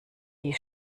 die